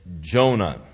Jonah